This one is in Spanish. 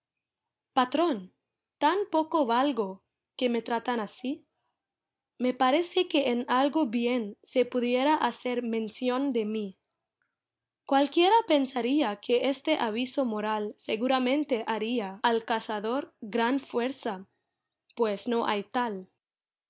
patrón tan poco valgo que me tratan así me parece que en algo bien se pudiera hacer mención de mí cualquiera pensaría que este aviso moral seguramente haría al cazador gran fuerza pues no hay tal